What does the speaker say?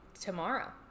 tomorrow